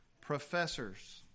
professors